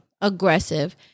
aggressive